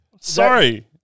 sorry